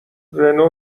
رنو